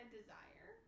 desire